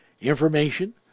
information